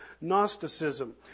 Gnosticism